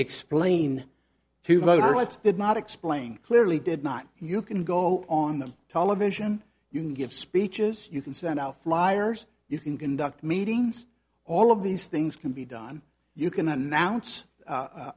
explain to voters what's did not explain clearly did not you can go on the television you can give speeches you can send out flyers you can conduct meetings all of these things can be done you can announce